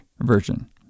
version